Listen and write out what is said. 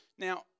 Now